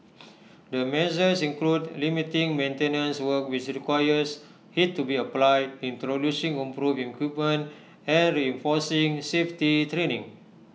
the measures include limiting maintenance work which requires heat to be applied introducing improving equipment and reinforcing safety training